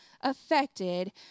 affected